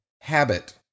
habit